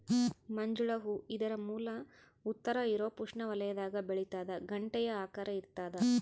ಮಂಜುಳ ಹೂ ಇದರ ಮೂಲ ಉತ್ತರ ಯೂರೋಪ್ ಉಷ್ಣವಲಯದಾಗ ಬೆಳಿತಾದ ಗಂಟೆಯ ಆಕಾರ ಇರ್ತಾದ